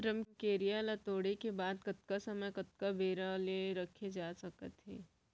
रमकेरिया ला तोड़े के बाद कतका समय कतका बेरा ले रखे जाथे सकत हे?